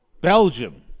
Belgium